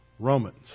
Romans